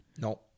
No